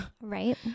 right